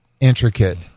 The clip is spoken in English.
intricate